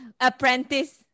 Apprentice